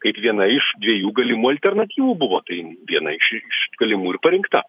kaip viena iš dviejų galimų alternatyvų buvo tai viena iš iš galimų ir parinkta